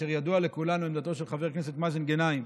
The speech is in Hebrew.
ידוע לכולנו עמדתו של חבר הכנסת מאזן גנאים,